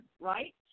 Right